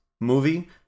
movie